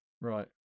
Right